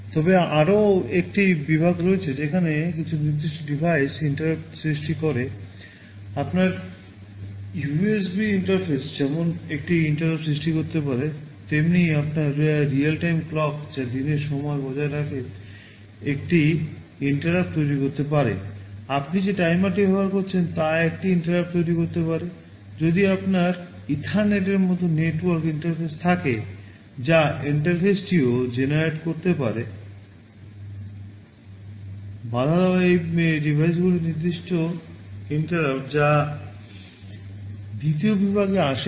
তবে আরও একটি বিভাগ রয়েছে যেখানে কিছু নির্দিষ্ট ডিভাইস ইন্টারাপ্ট দ্বিতীয় বিভাগে আসে